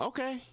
Okay